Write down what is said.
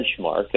benchmark